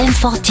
M40